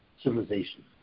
civilization